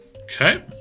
Okay